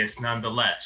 nonetheless